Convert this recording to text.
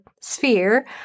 sphere